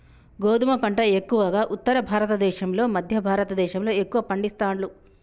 గోధుమ పంట ఎక్కువగా ఉత్తర భారత దేశం లో మధ్య భారత దేశం లో ఎక్కువ పండిస్తాండ్లు